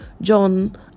John